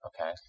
Okay